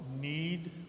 need